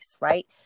right